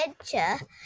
adventure